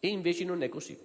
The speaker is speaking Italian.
Invece non è così: